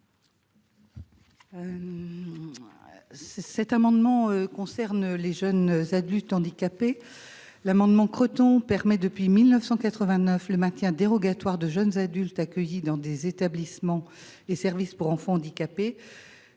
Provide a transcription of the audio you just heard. Cet amendement a pour objet les jeunes adultes handicapés. En effet, l’amendement Creton permet depuis 1989 le maintien dérogatoire de jeunes adultes accueillis dans des établissements et services pour enfants handicapés,